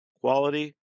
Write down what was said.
quality